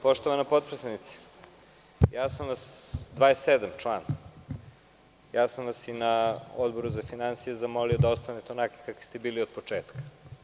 Poštovana potpredsednice, član 27, ja sam vas i na Odboru za finansije zamolio da ostanete onakvi kakvi ste bili od početka.